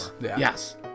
Yes